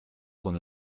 con